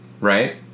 right